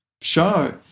show